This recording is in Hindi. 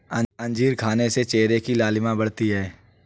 अंजीर खाने से चेहरे की लालिमा बढ़ती है